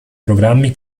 programmi